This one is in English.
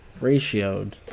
Ratioed